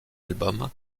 album